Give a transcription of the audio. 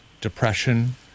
depression